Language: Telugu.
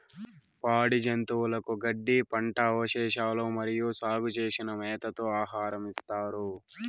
పాడి జంతువులకు గడ్డి, పంట అవశేషాలు మరియు సాగు చేసిన మేతతో ఆహారం ఇస్తారు